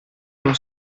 non